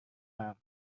ام، با